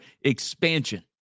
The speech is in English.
expansion